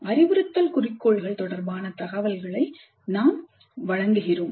அறிவுறுத்தல் குறிக்கோள்கள் தொடர்பான தகவல்களை நாம் வழங்குகிறோம்